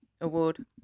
Award